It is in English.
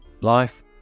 Life